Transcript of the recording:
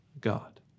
God